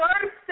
first